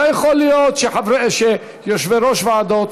לא יכול להיות שיושבי-ראש ועדות,